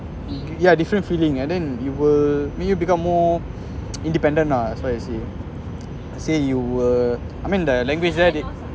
yeah different feeling and then you will I mean you become more independent lah that's what I'm saying say you were I mean their language there is